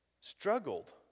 struggled